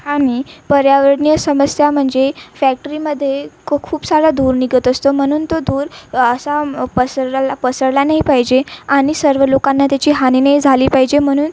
आणि पर्यावरणीय समस्या म्हणजे फॅक्टरीमध्ये ख खूप सारा धूर निघत असतो म्हणून तो धूर असा म पसरलाल्ला पसरला नाही पाहिजे आणि सर्व लोकांना त्याची हानी नाही झाली पाहिजे म्हणून